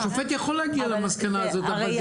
השופט יכול להגיע למסקנה הזאת אבל זה